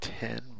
ten